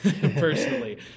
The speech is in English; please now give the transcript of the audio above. personally